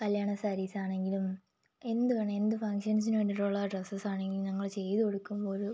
കല്ല്യാണ സാരീസാണെങ്കിലും എന്ത് വേണമെങ്കിലും എന്ത് ഫംഗ്ഷൻസിന് വേണ്ടിയിട്ടുള്ള ഡ്രസ്സസാണെങ്കിലും ഞങ്ങൾ ചെയ്ത് കൊടുക്കുമ്പോഴും